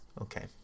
Okay